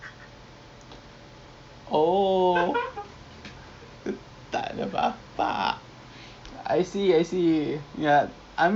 I actually now you speaking of which ah I think I met someone like this you know tak tahu orang sama ke this one this doctor like I'm talking about